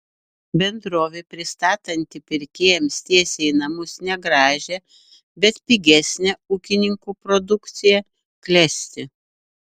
bendrovė pristatanti pirkėjams tiesiai į namus negražią bet pigesnę ūkininkų produkciją klesti